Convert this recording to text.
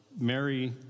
Mary